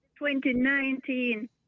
2019